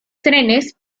trenes